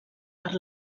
per